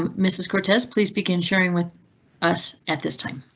um mrs cortez. please begin sharing with us at this time.